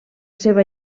seva